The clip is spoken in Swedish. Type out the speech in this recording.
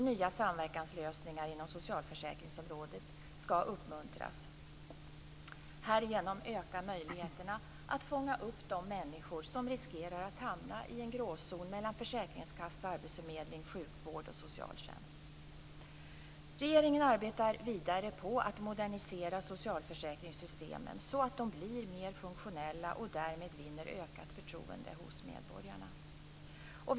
Nya samverkanslösningar inom socialförsäkringsområdet skall uppmuntras. Härigenom ökar möjligheterna att fånga upp de människor som riskerar att hamna i en gråzon mellan försäkringskassa, arbetsförmedling, sjukvård och socialtjänst. Regeringen arbetar vidare på att modernisera socialförsäkringssystemen så att de blir mer funktionella och därmed vinner ökat förtroende hos medborgarna.